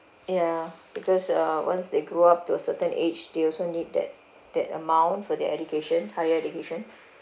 ya because uh once they grow up to a certain age they also need that that amount for their education higher education